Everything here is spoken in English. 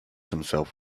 himself